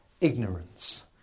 ignorance